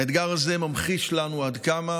האתגר הזה ממחיש לנו עד כמה